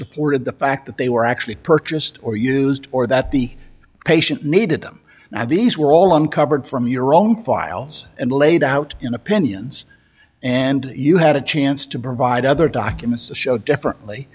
supported the fact that they were actually purchased or used or that the patient needed them and these were all uncovered from your own files and laid out in opinions and you had a chance to provide other documents to show differently